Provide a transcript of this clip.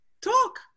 talk